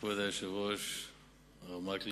הרב הראשי לישראל הרב שלמה עמאר,